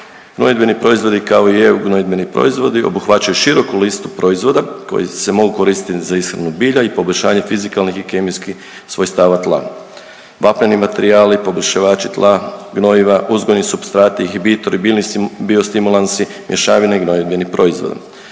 Gnojidbeni proizvodi kao i EU gnojidbeni proizvodi obuhvaćaju široku listu proizvoda koji se mogu koristiti za ishranu bilja i poboljšanje fizikalnih i kemijskih svojstava tla. Vapneni materijali, poboljšivači tla, gnojiva, uzgojni supstrati …/Govornik se ne razumije./… biljni biostimulansi, mješavine i gnojidbeni proizvodi.